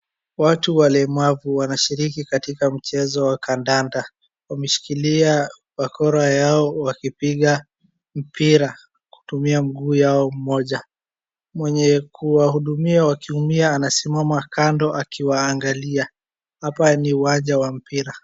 Watu walemavu wanashiriki katika mchezo wakandanda. Wameshikilia bakora yao wakipiga mpira kutumia mguu yao mmoja. Mwenye kuwahudumia wakiumia anasimama kando akiwaangalia. Hapa ni uwanja wa mpira.